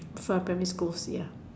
from primary schools ya